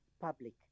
public